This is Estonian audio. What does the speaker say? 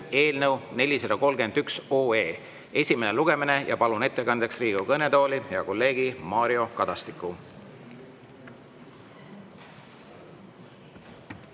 eelnõu 431 esimene lugemine. Palun ettekandeks Riigikogu kõnetooli hea kolleegi Mario Kadastiku.